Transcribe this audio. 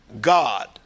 God